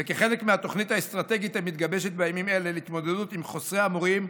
וכחלק מהתוכנית האסטרטגית המתגבשת בימים אלה להתמודדות עם חוסרי המורים,